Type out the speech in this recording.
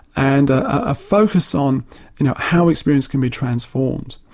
and a focus on you know how experience can be transformed.